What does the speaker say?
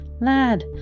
lad